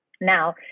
Now